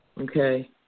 Okay